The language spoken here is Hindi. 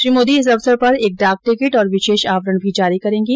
श्री मोदी इस अवसर पर एक डाक टिकट और विशेष आवरण भी जारी करेंगे